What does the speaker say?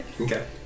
Okay